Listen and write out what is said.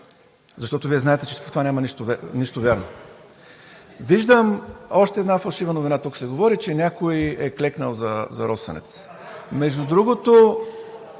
защото знаете, че в това няма нищо вярно. Виждам още една фалшива новина – тук се говори, че някой е клекнал за „Росенец“. Между другото,